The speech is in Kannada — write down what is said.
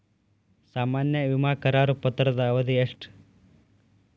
ಸಾಮಾನ್ಯ ವಿಮಾ ಕರಾರು ಪತ್ರದ ಅವಧಿ ಎಷ್ಟ?